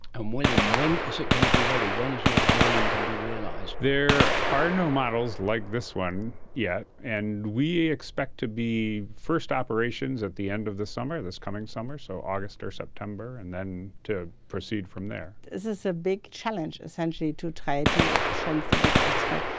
and william, when is it going to be ready, when is your dream going to be realised? there are no models like this one yet, and we expect to be first operations at the end of the summer, this coming summer, so august or september, and then to proceed from there. this is a ah big challenge essentially, to try to shrink the big x-ray,